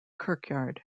kirkyard